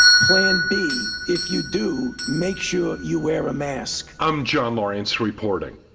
plan b if you do make sure you wear a mask, i'm john lawrence reporting.